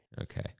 Okay